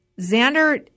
Xander